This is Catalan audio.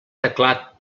teclat